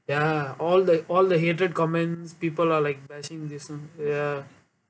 ya all the all the hatred comments people are like messing with this ya